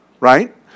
Right